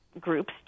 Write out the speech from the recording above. groups